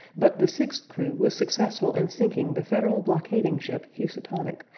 but the sixth crew was successful in sinking the federal blockading ship housatonic,